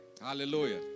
Hallelujah